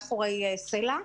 מאחורי ס.ל.א,